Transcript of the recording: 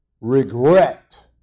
regret